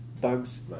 Bugs